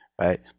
right